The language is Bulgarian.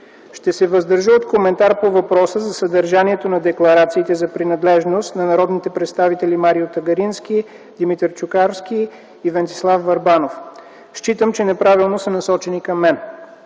Ще се въздържа от коментар по въпроса за съдържанието на декларациите за принадлежност на народните представители Марио Тагарински, Димитър Чукарски и Венцислав Върбанов. Считам, че неправилно са насочени към мен.